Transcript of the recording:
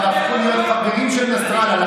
הם כבר הפכו להיות חברים של נסראללה,